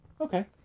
Okay